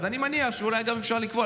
אז אני מניח שאולי גם אפשר לקבוע,